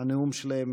הנאום שלהם.